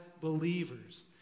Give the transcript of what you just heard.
believers